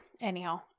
Anyhow